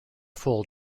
full